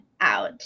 out